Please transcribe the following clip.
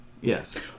Yes